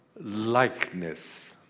likeness